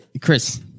Chris